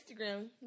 Instagram